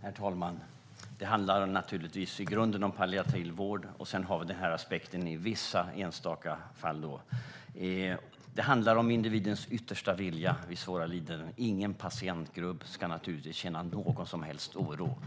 Herr talman! Det handlar naturligtvis i grunden om palliativ vård, och sedan har vi den här aspekten i vissa enstaka fall. Det handlar om individens yttersta vilja vid svåra lidanden. Naturligtvis ska ingen patientgrupp känna någon som helst oro.